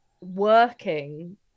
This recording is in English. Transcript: working